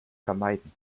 vermeiden